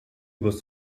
was